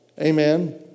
Amen